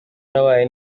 nabaye